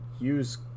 use